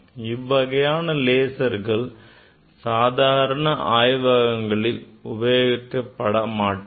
இவ்வகையான லேசர்கள் சாதாரண ஆய்வகங்களில் உபயோகிக்கப்பட மாட்டாது